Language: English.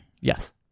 Yes